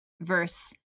verse